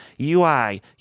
UI